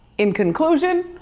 in conclusion,